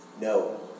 No